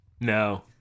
No